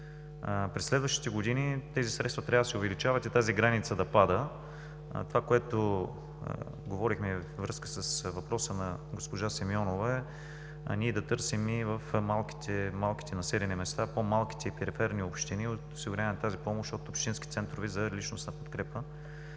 През следващите години тези средства трябва да се увеличават и тази граница да пада. Това, което говорихме във връзка с въпроса на госпожа Симеонова, е да търсим и в малките населени места, по-малките периферни общини, осигуряване на тази помощ от общински центрове за личностна подкрепа,